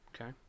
Okay